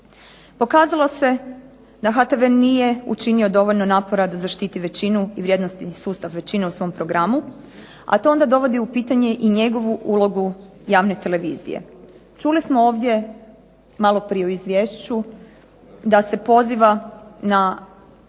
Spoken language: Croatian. Pokazalo se da HTV nije učinio dovoljno napora da zaštiti većinu i vrijednosni sustav većine u svom programu, a to onda dovodi u pitanje i njegovu ulogu javne televizije. Čuli smo ovdje malo prije u izvješću da se poziva na